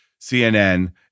CNN